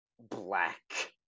Black